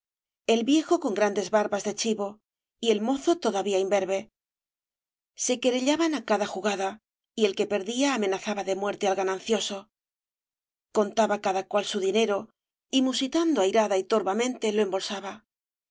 el viejo con grandes barbas de chivo y el mozo todavía imberbe se querellaban á cada jugada y el que perdía amenazaba de muerte al ganancioso contaba cada cual su dinero y musitando airada y torvamente lo embolsa